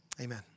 Amen